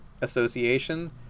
association